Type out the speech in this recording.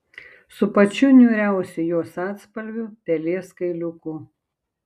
su pačiu niūriausiu jos atspalviu pelės kailiuku